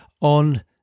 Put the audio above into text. on